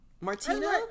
Martina